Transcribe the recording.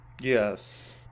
Yes